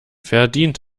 verdient